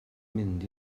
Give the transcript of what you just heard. mynd